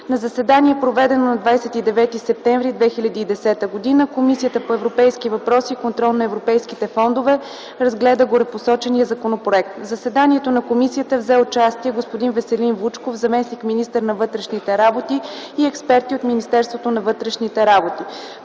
На заседание, проведено на 29 септември 2010 г., Комисията по европейските въпроси и контрол на европейските фондове разгледа горепосочения законопроект. В заседанието на Комисията взе участие господин Веселин Вучков – заместник-министър на вътрешните работи, и експерти от Министерството на вътрешните работи.